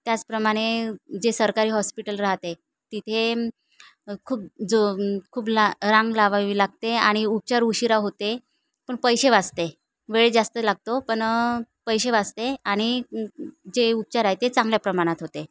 त्याचप्रमाणे जे सरकारी हॉस्पिटल राहते तिथे खूप जो खूप ला रांग लावावी लागते आणि उपचार उशिरा होते पण पैसे वाचते वेळ जास्त लागतो पण पैसे वाचते आणि जे उपचार आहे ते चांगल्या प्रमाणात होते